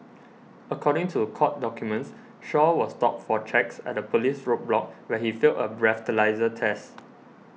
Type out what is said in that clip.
according to court documents Shaw was stopped for checks at a police roadblock where he failed a breathalyser test